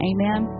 Amen